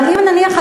אבל אם נניח,